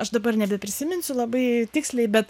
aš dabar nebeprisiminsiu labai tiksliai bet